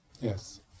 Yes